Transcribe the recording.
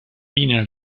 linea